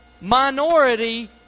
minority